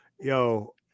Yo